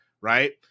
right